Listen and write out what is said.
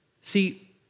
See